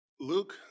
Luke